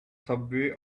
subway